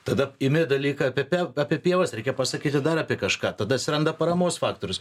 tada imi dalyką apie pe apie pievas reikia pasakyti dar apie kažką tada atsiranda paramos faktorius